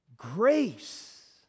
Grace